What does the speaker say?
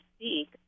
speak